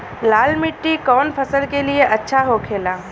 लाल मिट्टी कौन फसल के लिए अच्छा होखे ला?